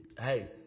Hey